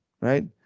right